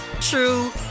true